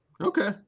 Okay